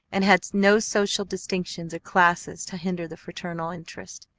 and had no social distinctions or classes to hinder the fraternal interest.